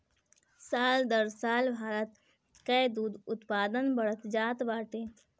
साल दर साल भारत कअ दूध उत्पादन बढ़ल जात बाटे